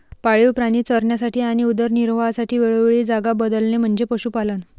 पाळीव प्राणी चरण्यासाठी आणि उदरनिर्वाहासाठी वेळोवेळी जागा बदलणे म्हणजे पशुपालन